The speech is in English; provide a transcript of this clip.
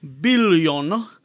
billion